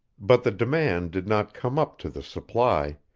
but the demand did not come up to the supply,